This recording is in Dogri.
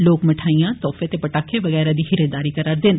लोक मठेआईयें तोहफें ते पटाखें बगैरा दी खरीददारी करा'रदे न